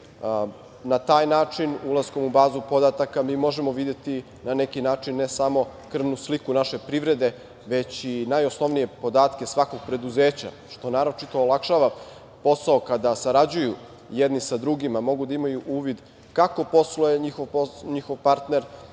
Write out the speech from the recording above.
Na taj način, ulaskom u bazu podataka, mi možemo videti na neki način ne samo krvnu sliku naše privrede, već i najosnovnije podatke svakog preduzeća, što naročito olakšava posao kada sarađuju jedni sa drugima, mogu da imaju uvid kako posluje njihov partner,